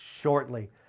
shortly